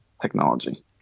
technology